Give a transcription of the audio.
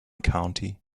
county